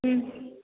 हं